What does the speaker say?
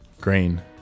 Green